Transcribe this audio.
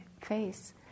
face